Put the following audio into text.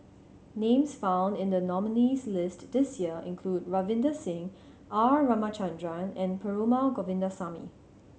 names found in the nominees' list this year include Ravinder Singh R Ramachandran and Perumal Govindaswamy